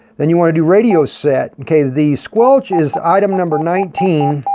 then you want to do radio set. okay, the squelch is item number nineteen,